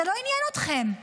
זה לא עניין אתכם,